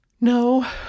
No